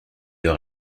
leur